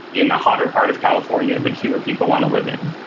in a hotter part of california that fewer people wanna live in.